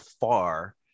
far